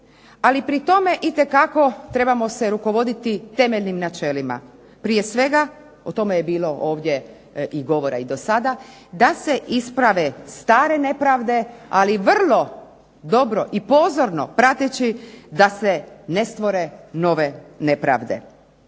Ali pri tome itekako trebamo se rukovoditi temeljnim načelima o tome je bilo govora i do sada, da se isprave stare nepravde ali vrlo dobro i pozorno prateći da se ne stvore nove nepravde.